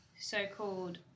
so-called